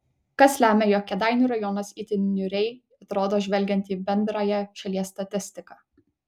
kas lemia jog kėdainių rajonas itin niūriai atrodo žvelgiant į bendrąją šalies statistiką